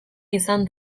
izan